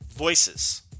Voices